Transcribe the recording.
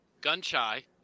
gun-shy